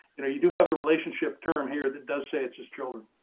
you know, you do have the relationship term here, that does say it's his children.